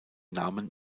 namen